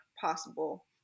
possible